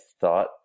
thought